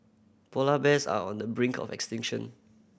polar bears are on the brink of extinction